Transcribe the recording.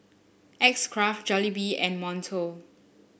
X Craft Jollibee and Monto